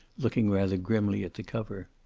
looking rather grimly at the cover.